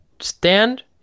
stand